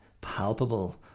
palpable